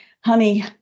honey